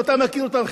ואתה מכיר אותן,